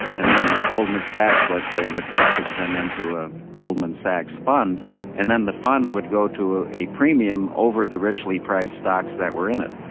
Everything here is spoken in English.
and then goldman sachs let's say would package them into a goldman sachs fund and then the fund would go to ah a premium over the richly priced stocks that were in it.